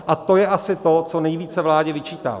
A to je asi to, co nejvíce vládě vyčítám.